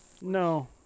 No